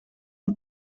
een